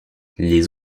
les